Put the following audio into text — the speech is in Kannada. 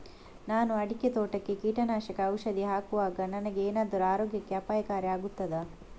ನಾನು ಅಡಿಕೆ ತೋಟಕ್ಕೆ ಕೀಟನಾಶಕ ಔಷಧಿ ಹಾಕುವಾಗ ನನಗೆ ಏನಾದರೂ ಆರೋಗ್ಯಕ್ಕೆ ಅಪಾಯಕಾರಿ ಆಗುತ್ತದಾ?